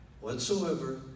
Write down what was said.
Whatsoever